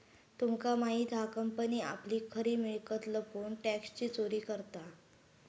तुमका माहित हा कंपनी आपली खरी मिळकत लपवून टॅक्सची चोरी करता